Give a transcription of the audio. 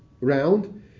round